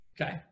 Okay